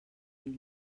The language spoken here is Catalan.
mil